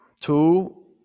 two